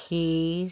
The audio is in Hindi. खीर